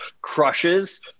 crushes